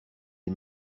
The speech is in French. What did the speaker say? des